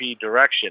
direction